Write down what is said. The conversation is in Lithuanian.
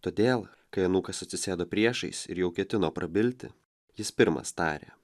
todėl kai anūkas atsisėdo priešais ir jau ketino prabilti jis pirmas tarė